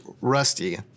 rusty